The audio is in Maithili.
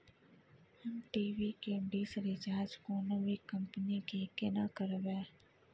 हम टी.वी के डिश रिचार्ज कोनो भी कंपनी के केना करबे?